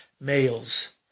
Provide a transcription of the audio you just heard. males